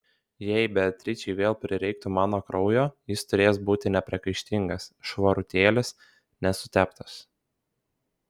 jei beatričei vėl prireiktų mano kraujo jis turės būti nepriekaištingas švarutėlis nesuteptas